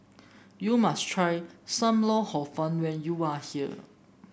you must try Sam Lau Hor Fun when you are here